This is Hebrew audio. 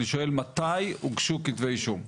אני שואל, מתי הוגשו כתבי אישום?